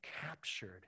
captured